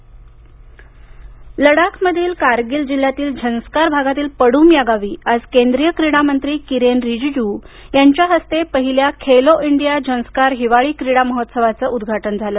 लडाख झंस्कार लडाखमधील कारगिल जिल्ह्यातील झंस्कार भागातील पडूम या गावी आज केंद्रीय क्रीडामंत्री किरेन रीजीजू यांच्या हस्ते पहिल्या खेलो इंडिया झंस्कार हिवाळी क्रीडा महोत्सवाचं उद्घाटन केलं